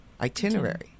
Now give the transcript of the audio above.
itinerary